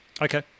Okay